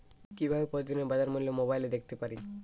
কিভাবে প্রতিদিনের বাজার মূল্য মোবাইলে দেখতে পারি?